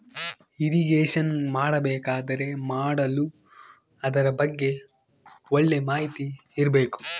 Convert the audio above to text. irrigation ಮಾಡಬೇಕಾದರೆ ಮಾಡಲು ಅದರ ಬಗ್ಗೆ ಒಳ್ಳೆ ಮಾಹಿತಿ ಇರ್ಬೇಕು